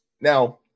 Now